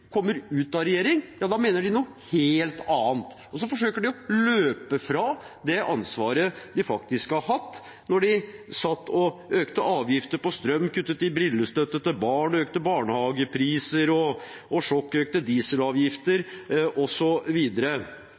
kommer ut av regjering, mener de noe helt annet – de forsøker å løpe fra det ansvaret de faktisk hadde da de økte avgifter på strøm, kuttet i brillestøtte til barn, økte barnehageprisene, sjokkøkte dieselavgifter,